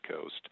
Coast